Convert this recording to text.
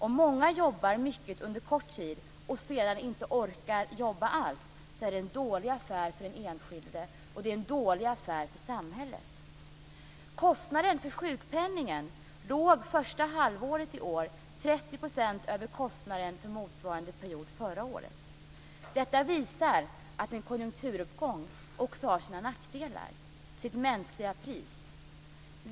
Om många jobbar mycket under kort tid och sedan inte orkar jobba alls, är det en dålig affär för den enskilde och för samhället. Kostnaden för sjukpenningen låg första halvåret i år 30 % över kostnaden för motsvarande period förra året. Detta visar att en konjunkturuppgång också har sina nackdelar, sitt mänskliga pris.